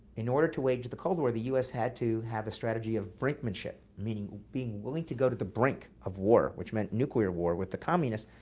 in order to wage the cold war, the us had to have a strategy of brinkmanship. meaning, being willing to go to the brink of war, which meant nuclear war with the communists,